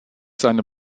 seine